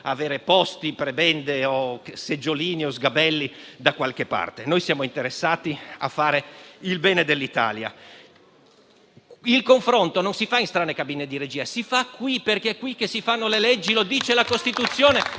avere posti, prebende, seggiolini o sgabelli da qualche parte; siamo interessati a fare il bene dell'Italia. Il confronto non si fa in strane cabine di regia, ma qui, perché è qui che si fanno le leggi: lo dice la Costituzione,